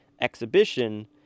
exhibition